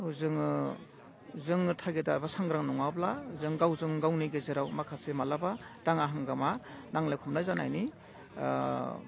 जोङो जोङो टारगेटआ बा सांग्रां नङाब्ला जों गावजों गावनि गेजेराव माखासे माब्लाबा दाङा हांगामा नांलाय खमलाय जानायनि